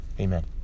amen